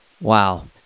Wow